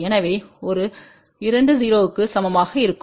எனவே ஒரு20 க்கு சமமாக இருக்கும்